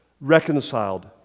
reconciled